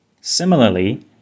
Similarly